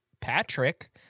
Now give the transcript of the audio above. Patrick